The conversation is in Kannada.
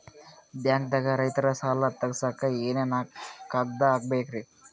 ಬ್ಯಾಂಕ್ದಾಗ ರೈತರ ಸಾಲ ತಗ್ಸಕ್ಕೆ ಏನೇನ್ ಕಾಗ್ದ ಬೇಕ್ರಿ?